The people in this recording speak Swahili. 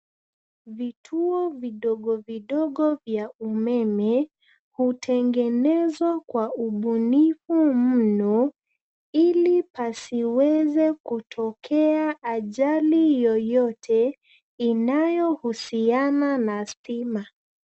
Vituo vidogo vidogo vya umeme, hutengenezwa kwa ubunifu mno, ili pasiweze kutokea ajali yoyote, inayohusiana na stima.